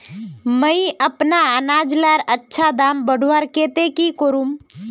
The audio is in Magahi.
मुई अपना अनाज लार अच्छा दाम बढ़वार केते की करूम?